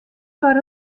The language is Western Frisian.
foar